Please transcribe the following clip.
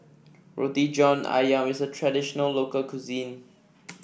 Roti John ayam is a traditional local cuisine